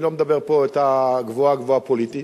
אני לא מדבר פה את הגבוהה-גבוהה הפוליטי,